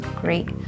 Great